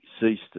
ceased